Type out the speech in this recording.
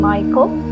Michael